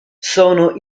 sono